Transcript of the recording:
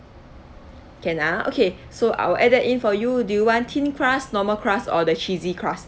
can ah okay so I will add that in for you do you want thin crust normal crust or the cheesy crust